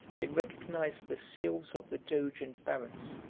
they recognized the seals of the doge and barons,